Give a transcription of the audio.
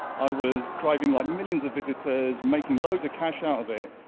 i was driving like millions of visitors, making loads of cash out of it,